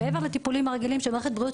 מעבר לטיפולים הרגילים שמערכת בריאות